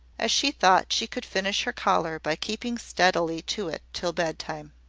as she thought she could finish her collar by keeping steadily to it till bedtime.